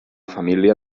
família